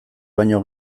baino